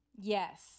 Yes